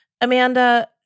Amanda